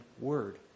word